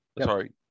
sorry